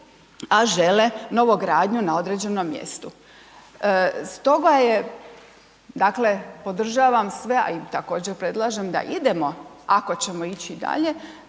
a žele novogradnju na određenom mjestu. Stoga je dakle, podržavam sve, a i također predlažem da idemo, ako ćemo ići dalje,